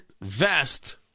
vest